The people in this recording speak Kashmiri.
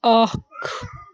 اَکھ